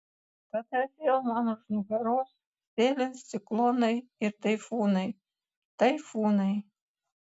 tada vėl man už nugaros sėlins ciklonai ir taifūnai taifūnai